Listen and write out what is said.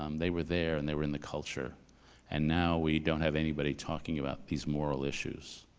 um they were there and they were in the culture and now we don't have anybody talking about these moral issues.